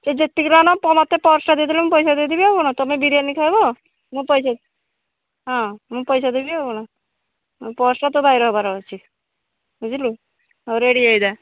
ସେ ଯେତିକି ଟଙ୍କା ନେବ ମୋତେ ପର୍ସ୍ଟା ଦେଇଦେଲେ ମୁଁ ପଇସା ଦେଇଦେବି ଆଉ କ'ଣ ତୁମେ ବିରିୟାନି ଖାଇବ ମୁଁ ପଇସା ହଁ ମୁଁ ପଇସା ଦେବି ଆଉ କ'ଣ ଆଉ ପର୍ସ୍ଟା ତୋ ଭାଇର ହେବାର ଅଛି ବୁଝିଲୁ ହଉ ରେଡି ହେଇଯା